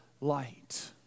light